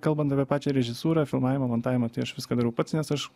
kalbant apie pačią režisūrą filmavimą montavimą tai aš viską darau pats nes aš